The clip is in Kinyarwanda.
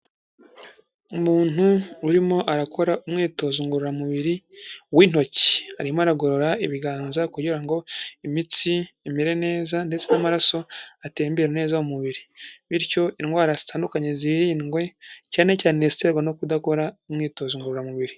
Umuntu urimo arakora umwitozo ngororamubiri, w'intoki. Arimo aragorora ibiganza kugira ngo imitsi imere neza ndetse n'amaraso atembera neza mu mubiri. Bityo indwara zitandukanye zirindwe cyane cyane iziterwa no kudakora umwitozo ngororamubiri.